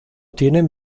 tienen